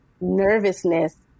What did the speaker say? nervousness